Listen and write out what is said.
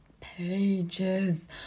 pages